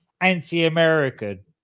anti-American